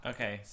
Okay